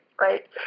Right